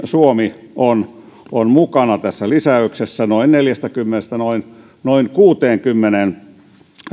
suomi on on mukana tässä lisäyksessä noin neljästäkymmenestä noin noin kuuteenkymmeneen